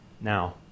now